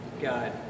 God